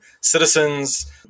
citizens